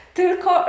tylko